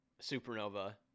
supernova